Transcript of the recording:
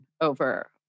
over